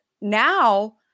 now